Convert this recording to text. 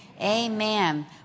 Amen